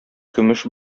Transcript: көмеш